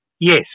Yes